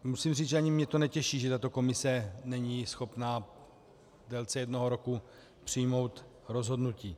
Musím říct, že ani mě to netěší, že tato komise není schopná v délce jednoho roku přijmout rozhodnutí.